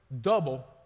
double